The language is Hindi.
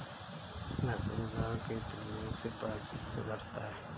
मसूर दाल के प्रयोग से पाचन सुधरता है